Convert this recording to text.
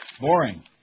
Boring